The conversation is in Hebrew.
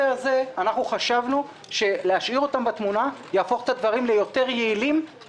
חשבנו שלהשאיר אותם בתמונה יהפוך את הדברים ליעילים